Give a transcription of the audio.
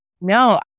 No